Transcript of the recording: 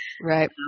Right